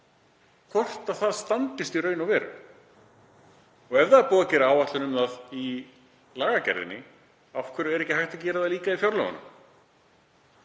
hvort það standist í raun og veru. Ef það er búið að gera áætlun um það í lagagerðinni, af hverju er ekki hægt að gera það líka í fjárlögunum?